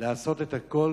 לעשות את הכול